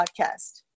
podcast